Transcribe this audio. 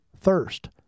thirst